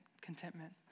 contentment